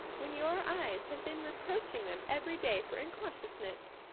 when your eyes have been reproaching them every day for incautiousness.